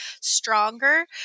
stronger